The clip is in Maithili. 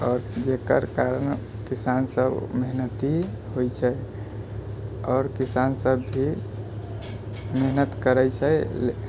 आओर जेकर कारण किसान सब मेहनती होइ छै आओर किसान सब भी मेहनत करै छै ले